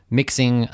mixing